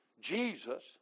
Jesus